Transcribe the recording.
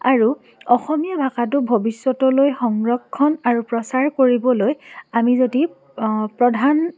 আৰু অসমীয়া ভাষাটো ভৱিষ্যতলৈ সংৰক্ষণ আৰু প্ৰচাৰ কৰিবলৈ আমি যদি অ প্ৰধান